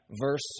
verse